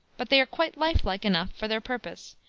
but they are quite life-like enough for their purpose,